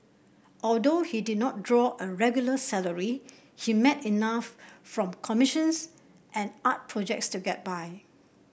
although he did not draw a regular salary he made enough from commissions and art projects to get by